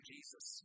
Jesus